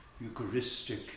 Eucharistic